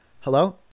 Hello